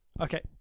Okay